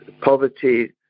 Poverty